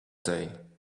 day